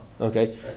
okay